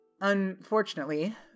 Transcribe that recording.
Unfortunately